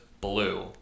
blue